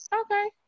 Okay